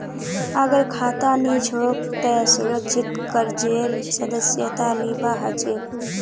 अगर खाता नी छोक त सुरक्षित कर्जेर सदस्यता लिबा हछेक